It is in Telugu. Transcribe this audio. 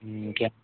ఇంకేమ్